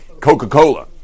Coca-Cola